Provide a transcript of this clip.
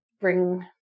bring